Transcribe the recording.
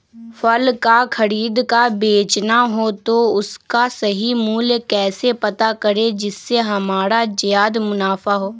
फल का खरीद का बेचना हो तो उसका सही मूल्य कैसे पता करें जिससे हमारा ज्याद मुनाफा हो?